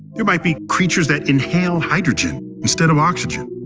there might be creatures that inhale hydrogen instead of oxygen.